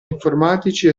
informatici